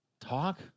talk